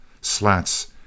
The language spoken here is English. Slats